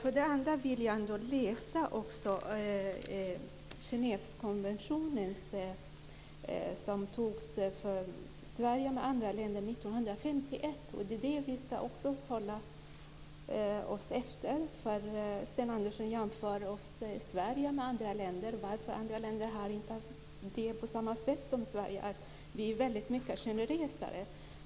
Jag vill också säga lite om Genèvekonventionen som antogs av Sverige och andra länder 1951. Den ska vi också hålla oss efter. Sten Andersson jämför oss i Sverige med andra länder och undrar varför andra länder inte har det på samma sätt som Sverige, vi är väldigt mycket mer generösa.